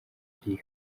ari